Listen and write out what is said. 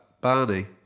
Barney